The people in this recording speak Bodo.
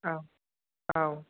औ औ